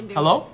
Hello